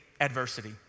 adversity